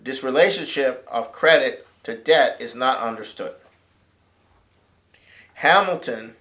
this relationship of credit to debt is not understood hamilton